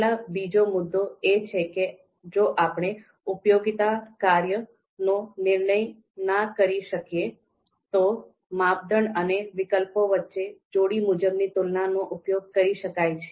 આપેલ બીજો મુદ્દો એ છે કે જો આપણે ઉપયોગિતા કાર્ય નો નિર્માણ ન કરી શકીએ તો માપદંડ અને વિકલ્પો વચ્ચે જોડી મુજબની તુલનાનો ઉપયોગ કરી શકાય છે